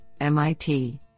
MIT